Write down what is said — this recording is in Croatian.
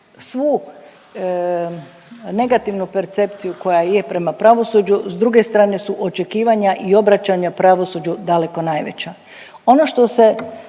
svu negativnu percepciju koja je prema pravosuđu s druge strane su očekivanja i obraćanja pravosuđu daleko najveća.